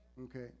Okay